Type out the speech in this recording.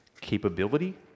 Capability